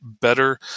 better